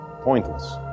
pointless